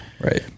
Right